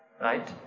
Right